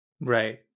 right